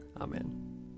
Amen